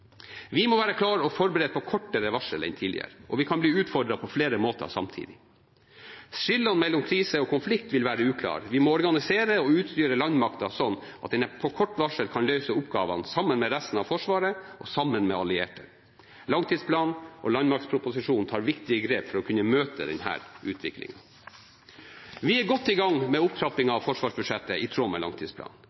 Vi må være klare og forberedt på kortere varsel enn tidligere, og vi kan bli utfordret på flere måter samtidig. Skillene mellom krise og konflikt vil være uklare. Vi må organisere og utstyre landmakten slik at den på kort varsel kan løse oppgavene sammen med resten av Forsvaret og sammen med allierte. Langtidsplanen og landmaktproposisjonen tar viktige grep for å kunne møte denne utviklingen. Vi er godt i gang med en opptrapping av forsvarsbudsjettet i tråd med langtidsplanen.